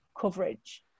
coverage